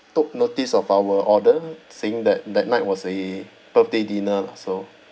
took notice of our order saying that that night was a birthday dinner lah so